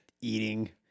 eating